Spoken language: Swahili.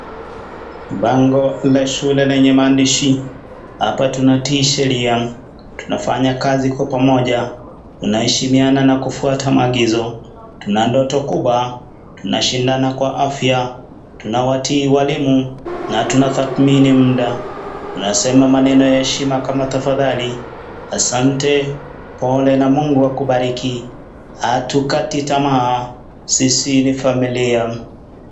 Pango la shule lenye maandishi, hapa tunatii sheria, tunafanya kazi kwa pamoja, tunaeshimiana na kufuata maagizo, na ndoto kubwa tunashinda kwa afya tunawatii walimu, na tuna thathmini muda , tunasema maneno ya heshima kama tafadhali , Asante na kwa pole na mungu akubariki. Hatukati tamaa sisi ni familia.